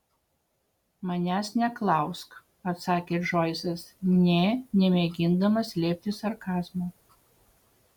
manęs neklausk atsakė džoisas nė nemėgindamas slėpti sarkazmo